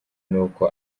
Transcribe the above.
nuko